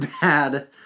bad